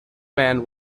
man